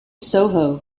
soho